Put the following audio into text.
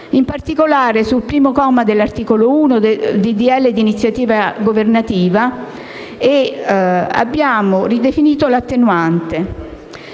In particolare, al primo comma dell'articolo 1 del disegno di legge di iniziativa governativa abbiamo ridefinito l'attenuante.